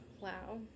wow